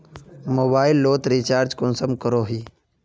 Mobile लोत recharge कुंसम करोही?